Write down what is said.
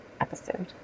episode